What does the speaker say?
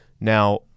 Now